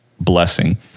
Blessing